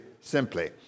simply